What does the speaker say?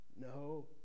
No